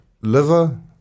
Liver